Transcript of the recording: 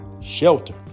shelter